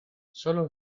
solo